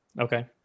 Okay